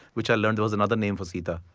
which i learned was another name for sita.